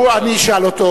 אני אשאל אותו.